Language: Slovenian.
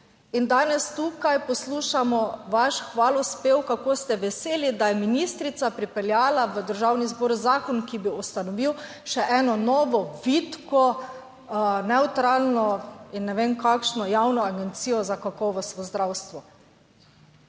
In danes tukaj poslušamo vaš hvalospev kako ste veseli, da je ministrica pripeljala v Državni zbor zakon, ki bi ustanovil še eno novo vitko, nevtralno in ne vem kakšno javno agencijo za kakovost v zdravstvu.